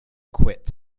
quit